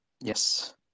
yes